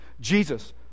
Jesus